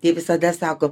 tai visada sako